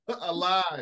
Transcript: alive